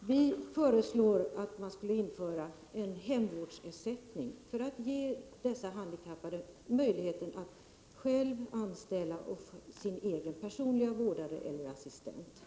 Vi föreslår att man skall införa en hemvårdsersättning för att ge de handikappade möjlighet att själva anställa sin egen personliga vårdare eller assistent.